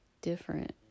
different